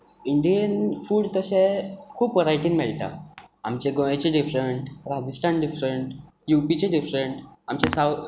इंडियेंत फूड तशें खूब वरायटींत मेळटा आमचें गोंयांचें different Rajasthan different U P चें डिफरंट आमचें सावथ